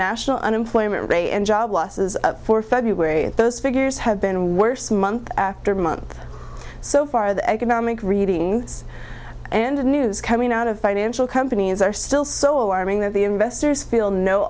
national unemployment rate and job losses up for february those figures have been worse month after month so far the economic readings and news coming out of financial companies are still so alarming that the investors feel no